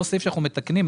אותו הסעיף שאנחנו מתקנים,